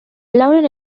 lauren